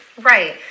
right